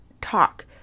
talk